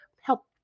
help